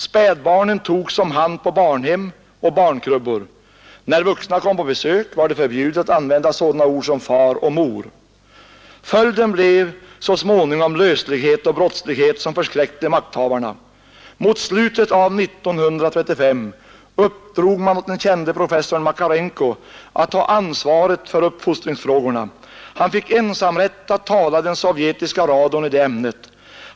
Spädbarnen togs om hand på barnhem och barnkrubbor. När vuxna kom på besök var det förbjudet att använda sådana ord som ”far och ”mor”. Följden blev så småningom löslighet och brottslighet som förskräckte makthavarna. Mot slutet av 1935 uppdrog man åt den kände professorn Makarenko att ta ansvaret för uppfostringsfrågorna. Han fick ensamrätt att tala i den sovjetiska radion i det ämnet.